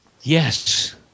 Yes